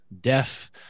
deaf